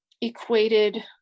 equated –